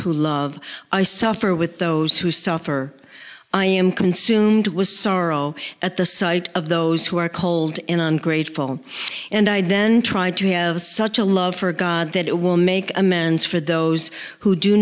who love i suffer with those who suffer i am consumed was sorrow at the sight of those who are cold in ungrateful and i then tried to have such a love for god that it will make amends for those who do